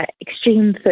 extreme